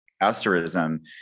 asterism